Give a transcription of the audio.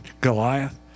Goliath